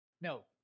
No